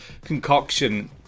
concoction